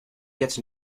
gets